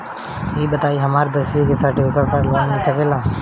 ई बताई हमरा दसवीं के सेर्टफिकेट पर लोन मिल सकेला?